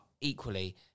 equally